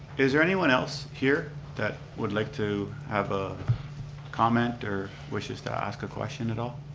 is there anyone else here that would like to have a comment or wishes to ask a question at all?